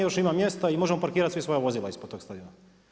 Još ima mjesta i možemo parkirati svi svoja vozila ispod tog stadiona.